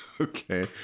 okay